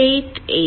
state 8